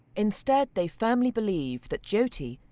instead they firmly believe that jyoti,